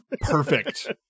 perfect